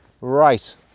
right